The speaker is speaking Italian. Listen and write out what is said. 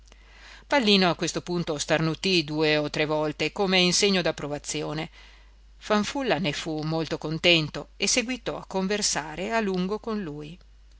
pallino a questo punto sternutì due o tre volte come in segno d'approvazione fanfulla ne fu molto contento e seguitò a conversare a lungo con lui